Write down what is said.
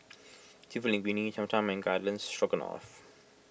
Seafood Linguine Cham Cham and Garden Stroganoff